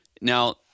Now